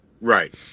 right